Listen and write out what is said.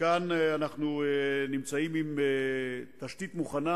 כאן אנחנו נמצאים עם תשתית מוכנה,